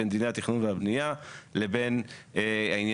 בין דיני התכנון והבנייה,